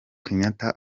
kenyatta